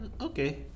okay